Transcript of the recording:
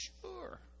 sure